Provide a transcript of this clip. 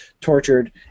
tortured